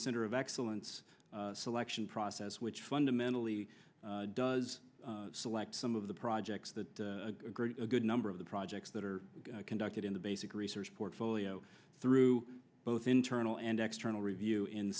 center of excellence selection process which fundamentally does select some of the projects that a good number of the projects that are conducted in the basic research portfolio through both internal and external review in